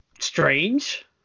strange